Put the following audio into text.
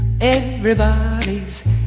Everybody's